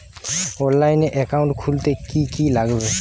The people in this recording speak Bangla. অনলাইনে একাউন্ট খুলতে কি কি লাগবে?